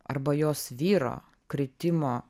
arba jos vyro kritimo